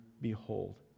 behold